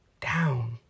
down